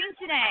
today